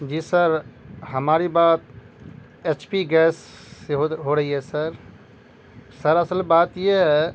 جی sir ہماری بات H P gas سے ہو رہی ہے سر سر اصل بات یہ ہے